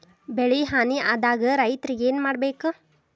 ಬೆಳಿ ಹಾನಿ ಆದಾಗ ರೈತ್ರ ಏನ್ ಮಾಡ್ಬೇಕ್?